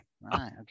Right